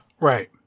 Right